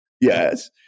yes